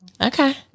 Okay